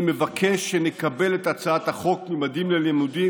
אני מבקש שנקבל את הצעת החוק ממדים ללימודים,